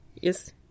yes